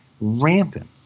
rampant